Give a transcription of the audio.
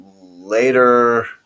later –